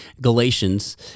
Galatians